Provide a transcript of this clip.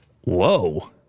Whoa